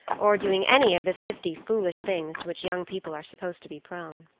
or doing any of the fifty foolish things to which young people are supposed to be prone.